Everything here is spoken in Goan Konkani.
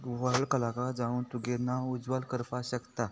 व्हडलो कलाकार जावन तुगे नांव उजवाल करपाक शकता